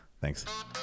Thanks